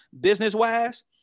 business-wise